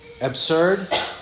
absurd